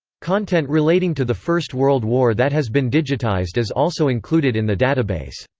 content relating to the first world war that has been digitised is also included in the database.